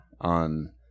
on